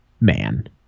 man